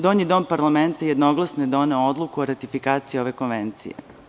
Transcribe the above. Donji dom parlamenta jednoglasno je doneo odluku o ratifikaciji ove konvencije.